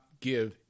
give